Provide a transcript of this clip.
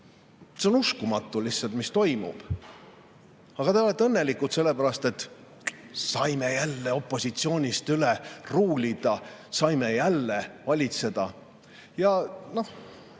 See on lihtsalt uskumatu, mis toimub. Aga te olete õnnelikud sellepärast, et saite jälle opositsioonist üle rullida, saite jälle valitseda. Ma saan